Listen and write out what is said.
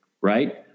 right